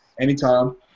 anytime